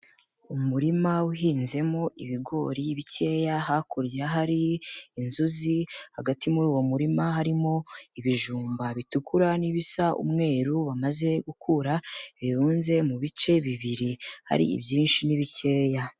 Umurima uhinzemo ibigori bikeya, hakurya hari inzuzi, hagati muri uwo murima harimo ibijumba bitukura n'ibisa umweru bamaze gukura birunze mu bice bibiri, hari ibyinshi n'ibikeya.